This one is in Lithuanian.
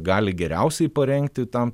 gali geriausiai parengti tam